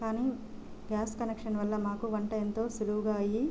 కానీ gas connection వల్ల మాకు వంట ఎంతో సులువుగా అయ్యి